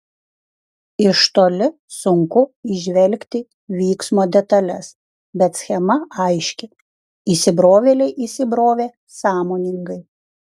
iš toli sunku įžvelgti vyksmo detales bet schema aiški įsibrovėliai įsibrovė sąmoningai